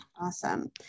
Awesome